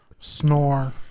Snore